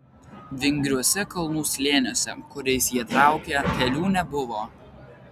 vingriuose kalnų slėniuose kuriais jie traukė kelių nebuvo